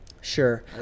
Sure